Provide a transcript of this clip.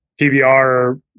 PBR